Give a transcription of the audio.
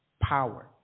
power